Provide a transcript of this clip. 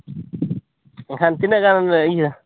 ᱮᱱᱠᱷᱟᱱ ᱛᱤᱱᱟᱹ ᱜᱟᱱ ᱤᱭᱟᱹ